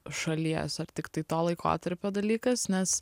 šalies ar tiktai to laikotarpio dalykas nes